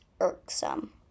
irksome